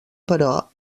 però